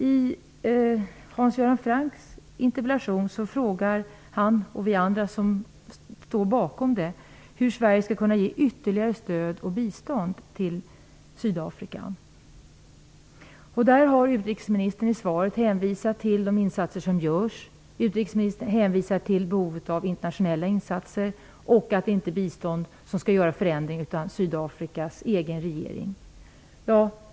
I interpellationen frågar Hans Göran Franck och alla vi som står bakom den hur Sverige skall kunna ge ytterligare stöd och bistånd till Sydafrika. I svaret hänvisar utrikesministern till de insatser som görs, till behovet av internationella insatser och till att det inte är bistånd som skall åstadkomma förändring utan Sydafrikas egen regering.